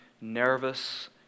nervous